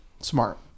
Smart